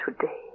today